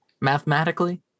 mathematically